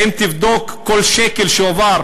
האם תבדוק כל שקל שהועבר,